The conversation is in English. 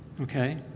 Okay